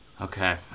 Okay